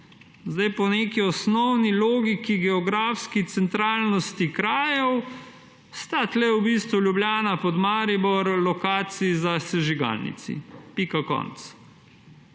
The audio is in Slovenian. Po neki osnovni logiki geografski centralnosti krajev sta tu v bistvu Ljubljana pa Maribor lokaciji za sežigalnici. Pika, konec.